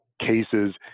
cases